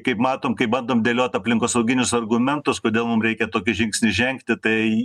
veikia kaip matom kaip bandom dėliot aplinkosauginius argumentus kodėl mum reikia tokį žingsnį žengti tai